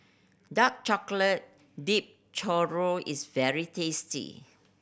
dark chocolate dipped churro is very tasty